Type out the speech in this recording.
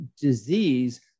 disease